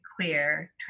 queer